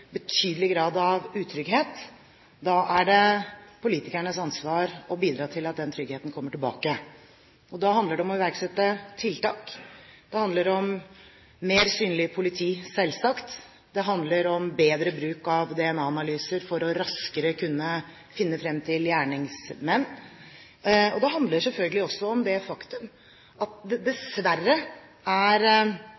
betydelig grad av utrygghet, er det politikernes ansvar å bidra til at den tryggheten kommer tilbake. Da handler det om å iverksette tiltak, det handler om mer synlig politi – selvsagt – det handler om bedre bruk av DNA-analyser for raskere å kunne finne frem til gjerningsmenn. Det handler selvfølgelig også om det faktum at det